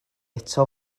eto